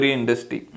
industry